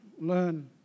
learn